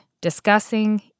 discussing